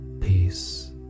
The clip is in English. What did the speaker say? peace